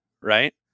right